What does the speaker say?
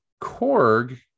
Korg